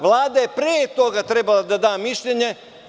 Vlada je pre toga trebala da da mišljenje.